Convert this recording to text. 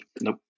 Nope